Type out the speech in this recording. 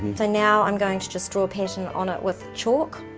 and now i'm going to just draw a pattern on it with chalk,